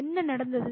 என்ன நடந்தது